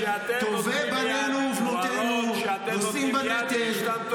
טובי בנינו ובנותינו נושאים בנטל,